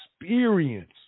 experience